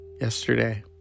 yesterday